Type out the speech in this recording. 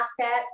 assets